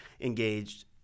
engaged